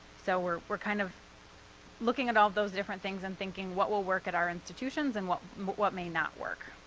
so we're we're kind of looking at all of those different things and thinking, what will work at our institutions and what what may not work?